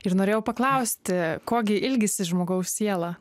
ir norėjau paklausti ko gi ilgisi žmogaus siela